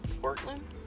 Portland